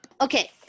okay